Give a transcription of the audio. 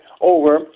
over